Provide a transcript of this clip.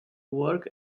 work